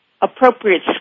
appropriate